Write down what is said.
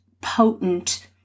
potent